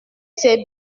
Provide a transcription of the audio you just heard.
c’est